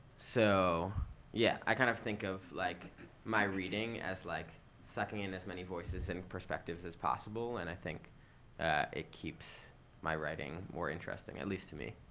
so yeah, i kind of think of like my reading as like sucking in as many voices and perspectives as possible. and i think it keeps my writing more interesting, at least to me.